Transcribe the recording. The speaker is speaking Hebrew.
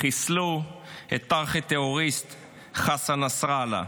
חיסלו את הארכי-טרוריסט חסן נסראללה.